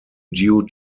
due